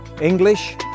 English